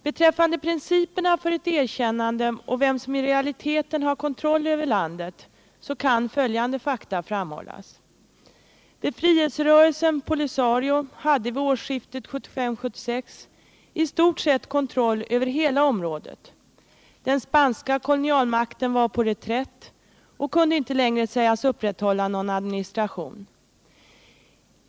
Beträffande principerna för ett erkännande och vem som i realiteten har kontroll över landet så kan följande fakta framhållas: Befrielserörelsen POLISARIO hade vid årsskiftet 1975-1976 i stort sett kontroll över hela området, den spanska kononialmakten var på reträtt och kunde inte längre sägas upprätthålla någon administration.